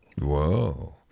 Whoa